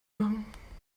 machen